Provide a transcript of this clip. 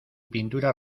pintura